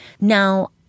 Now